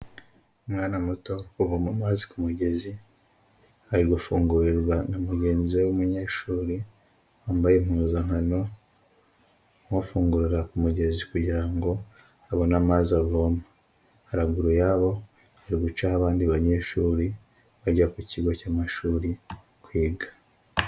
Umwana muto uvoma amazi ku mugezi ari gufungurirwa na mugenzi we w'umunyeshuri wambaye impuzankano nk'ufungura ku mugezi kugirango abone amazi avoma haraguru y'abo hari gucaho abandi banyeshuri bajya ku kigo cy'amashuri kwiga.